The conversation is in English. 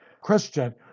Christian